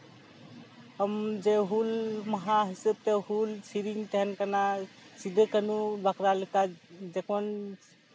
ᱟᱢ ᱡᱮ ᱦᱩᱞ ᱢᱟᱦᱟ ᱦᱤᱥᱟᱹᱵ ᱛᱮ ᱦᱩᱞ ᱥᱮᱨᱮᱧ ᱛᱟᱦᱮᱱ ᱠᱟᱱᱟ ᱥᱤᱫᱩ ᱠᱟᱱᱩ ᱛᱟᱠᱚᱣᱟᱜ ᱞᱮᱠᱟᱱ ᱡᱚᱠᱷᱚᱱ